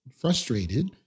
frustrated